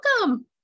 Welcome